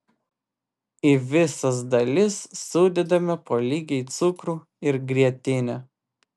į visas dalis sudedame po lygiai cukrų ir grietinę